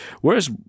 whereas